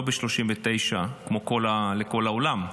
לא ב-1939, כמו לכל העולם,